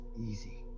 easy